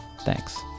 thanks